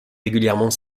régulièrement